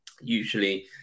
usually